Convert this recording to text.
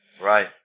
Right